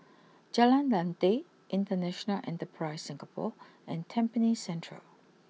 Jalan Lateh International Enterprise Singapore and Tampines Central